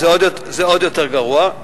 זה עוד יותר גרוע.